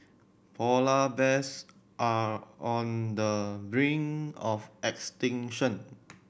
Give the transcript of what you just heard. polar bears are on the brink of extinction